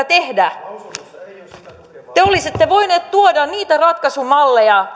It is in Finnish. tehdä te olisitte voineet tuoda niitä ratkaisumalleja